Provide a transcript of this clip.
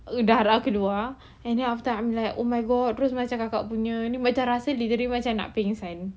uh darah keluar and then after I'm like oh my god terus macam kakak punya ini macam diri macam nak pengsan